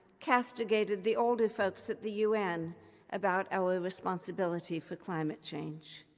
castigated the older folks at the un about our responsibility for climate change.